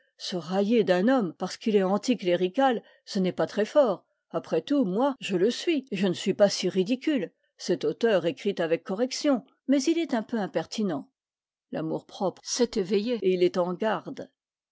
se railler d'un homme parce qu'il est anticlérical ce n'est pas très fort après tout moi je le suis et je ne suis pas si ridicule cet auteur écrit avec correction mais il est un peu impertinent l'amour-propre s'est éveillé et il est en garde